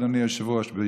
אדוני היושב-ראש,